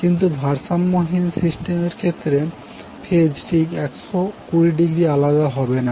কিন্তু ভারসাম্যহীন সিস্টেমের ক্ষেত্রে ফেজ ঠিক 120০ আলাদা হবে না